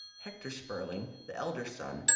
hector spurling, the elder son,